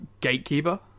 gatekeeper